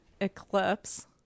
eclipse